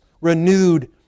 renewed